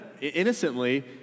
innocently